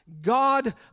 God